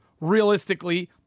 realistically